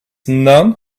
none